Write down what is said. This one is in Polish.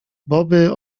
boby